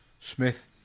Smith